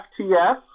FTS